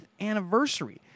anniversary